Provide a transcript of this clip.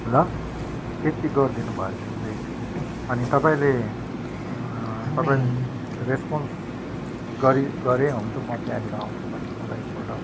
ल त्यति गरिदिनु भयो भने चाहिँ अनि तपाईँले तपाईँले रेस्पोन्स गरी गरे हुन्छ म त्यहाँनिर आउँछु भनेर मलाई एकपल्ट